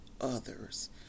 others